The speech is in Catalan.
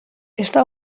està